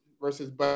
versus